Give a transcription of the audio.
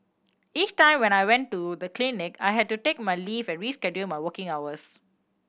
each time when I went to the clinic I had to take my leave and reschedule my working hours